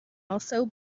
also